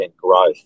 growth